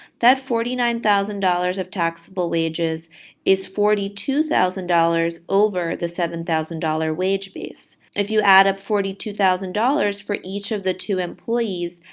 that forty nine thousand dollars of taxable wages is forty two thousand dollars over the seven thousand dollars wage base. if you add up forty two thousand dollars for each of the two employees,